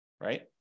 right